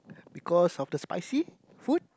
because of the spicy food